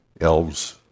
elves